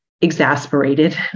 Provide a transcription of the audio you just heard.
exasperated